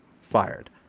fired